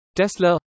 Tesla